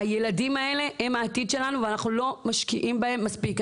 הילדים האלה הם העתיד שלנו ואנחנו לא משקיעים בהם מספיק.